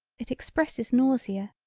it expresses nausea.